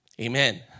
Amen